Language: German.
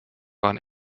waren